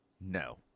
no